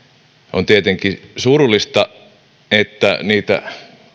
on tietenkin surullista että niitä